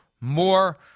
more